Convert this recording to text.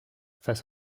face